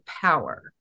power